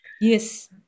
yes